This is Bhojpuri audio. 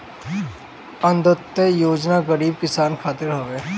अन्त्योदय योजना गरीब किसान खातिर हवे